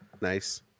Nice